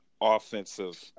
offensive